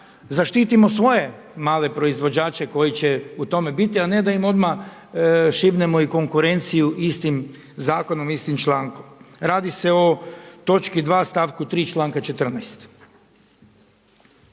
zaštitimo svoje male proizvođače koji će u tome biti a ne da im odmah šibnemo i konkurenciju istim zakonom, istim člankom. Radi se o točki 2., stavku 3. članka 14.